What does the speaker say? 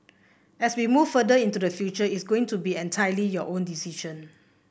as we move further into the future it's going to be entirely your own decision